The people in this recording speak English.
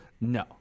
no